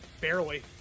Barely